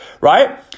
right